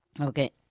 Okay